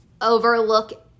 overlook